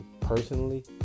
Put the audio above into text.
personally